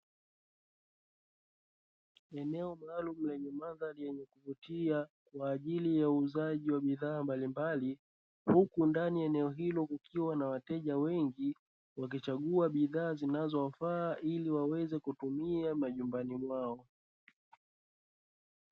Eneo maalumu lenye mandhari yenye kuvutia kwa ajili ya uuzaji wa bidhaa mbalimbali, huku ndani ya eneo hilo kukiwa na wateja wengi, wakichagua bidhaa zinazowafaa ili waweze kutumia majumbani mwao.